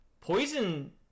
Poison